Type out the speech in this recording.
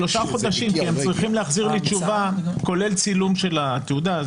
שלושה חודשים כי הם צריכים להחזיר לי תשובה כולל צילום של התעודה.